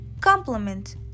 complement